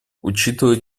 учитывая